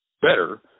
better